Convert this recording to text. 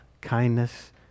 kindness